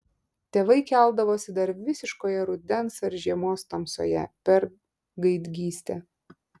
tėvai keldavosi dar visiškoje rudens ar žiemos tamsoje per gaidgystę